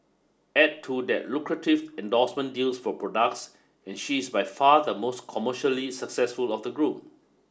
add to that lucrative endorsement deals for products and she is by far the most commercially successful of the group